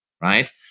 right